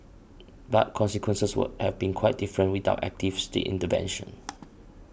but consequences would have been quite different without active state intervention